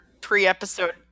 pre-episode